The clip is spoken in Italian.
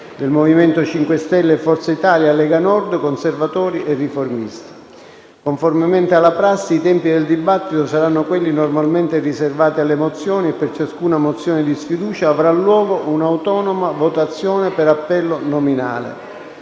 Movimento 5 Stelle, Forza Italia, Lega Nord, Conservatori e Riformisti. Conformemente alla prassi, i tempi del dibattito saranno quelli normalmente riservati alle mozioni e per ciascuna mozione di sfiducia avrà luogo un'autonoma votazione per appello nominale.